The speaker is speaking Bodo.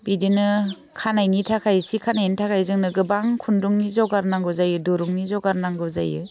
बिदिनो खानायनि थाखाय सि खानायनि थाखाय जोंनो गोबां खुन्दुंनि जगार नांगौ जायो दुरुंनि जगार नांगौ जायो